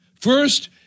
First